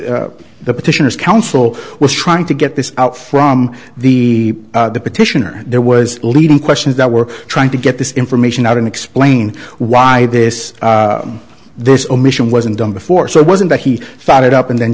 or the petitioner's counsel was trying to get this out from the petitioner there was leading questions that were trying to get this information out and explain why this this omission wasn't done before so it wasn't that he thought it up and then